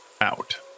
out